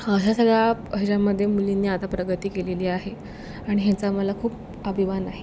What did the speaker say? हा ह्या सगळ्या ह्याच्यामध्ये मुलींनी आता प्रगती केलेली आहे आणि ह्याचा मला खूप अभिमान आहे